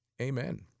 Amen